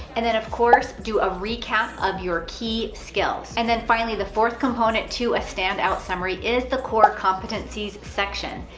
and then of course do a recap of your key skills. and then finally, the fourth component to a stand out summary is the core competencies section.